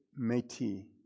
meti